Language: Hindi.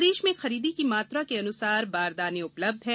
प्रदेश में खरीदी की मात्रा के अनुसार बारदाने उपलब्ध हैं